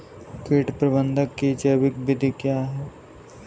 कीट प्रबंधक की जैविक विधि क्या है?